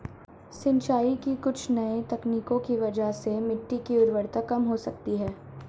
सिंचाई की कुछ नई तकनीकों की वजह से मिट्टी की उर्वरता कम हो सकती है